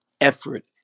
effort